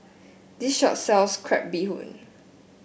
this shop sells Crab Bee Hoon